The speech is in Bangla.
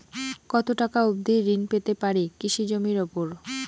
কত টাকা অবধি ঋণ পেতে পারি কৃষি জমির উপর?